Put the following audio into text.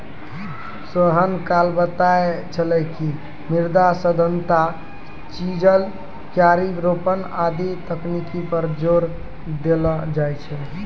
सोहन न कल बताय छेलै कि मृदा सघनता, चिजल, क्यारी रोपन आदि तकनीक पर जोर देलो जाय छै